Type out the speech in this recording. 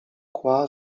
kła